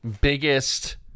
biggest